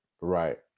Right